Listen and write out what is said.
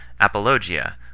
apologia